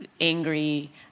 angry